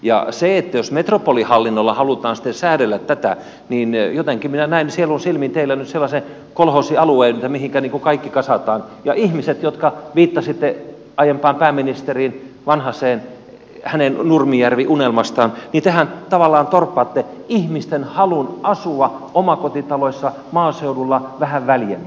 ja jos metropolihallinnolla halutaan sitten säädellä tätä niin jotenkin minä näen sieluni silmin teillä nyt sellaisen kolhoosialueen mihinkä kaikki kasataan ja kun viittasitte aiempaan pääministeriin vanhaseen hänen nurmijärvi unelmastaan niin tehän tavallaan torppaatte ihmisten halun asua omakotitaloissa maaseudulla vähän väljemmin